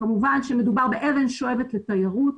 כמובן שמדובר באבן שואבת לתיירות.